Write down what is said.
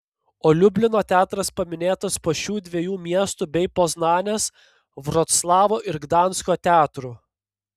o liublino teatras paminėtas po šių dviejų miestų bei poznanės vroclavo ir gdansko teatrų